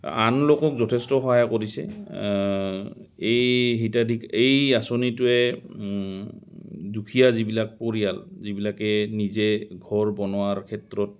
আন লোকক যথেষ্ট সহায় কৰিছে এই হিতাধিকাৰী এই আঁচনিটোৱে দুখীয়া যিবিলাক পৰিয়াল যিবিলাকে নিজে ঘৰ বনোৱাৰ ক্ষেত্ৰত